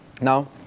Now